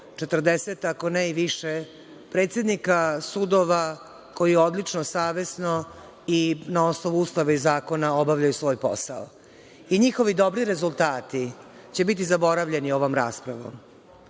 bar 140, ako ne i više, predsednika sudova koji odlično, savesno i na osnovu Ustava i zakona obavljaju svoj posao. NJihovi dobri rezultati će biti zaboravljeni ovom raspravom.